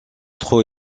trop